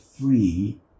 free